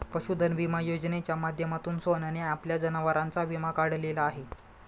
पशुधन विमा योजनेच्या माध्यमातून सोहनने आपल्या जनावरांचा विमा काढलेला आहे